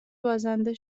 بازنده